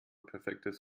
perfektes